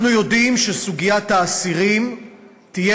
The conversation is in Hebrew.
אנחנו יודעים שסוגיית האסירים תהיה